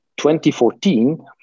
2014